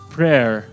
Prayer